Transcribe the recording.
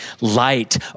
Light